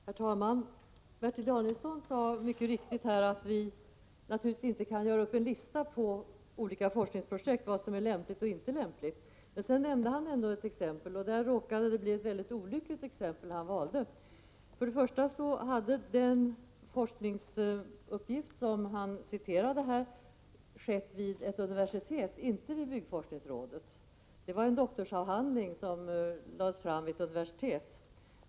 Herr talman! Bertil Danielsson sade mycket riktigt att vi naturligtvis inte kan göra upp en lista över lämpliga och inte lämpliga forskningsprojekt. Sedan gav Bertil Danielsson ändå ett exempel. Nu råkade han emellertid välja ett mycket olyckligt exempel. För det första arbetade man med forskningsuppgiften vid ett universitet och inte i byggforskningsrådet. Det gällde en doktorsavhandling som lades fram vid ett universitet.